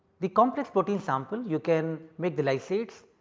the complex protein sample you can make the lysates,